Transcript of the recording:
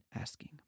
asking